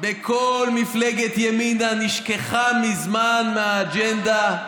בכל מפלגת ימינה נשכחה מזמן מהאג'נדה.